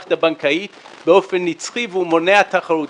המערכת הבנקאית באופן נצחי והוא מונע תחרות.